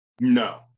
No